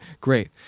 great